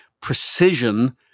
precision